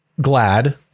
glad